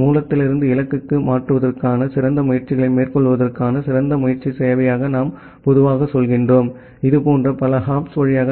மூலத்திலிருந்து இலக்குக்கு மாற்றுவதற்கான சிறந்த முயற்சிகளை மேற்கொள்வதற்கான சிறந்த முயற்சி சேவையாக நாம் பொதுவாகச் சொல்வது இதுபோன்ற பல ஹாப்ஸ் வழியாக